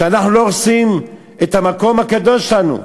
שאנחנו לא הורסים את המקום הקדוש לנו.